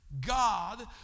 God